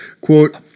Quote